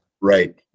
right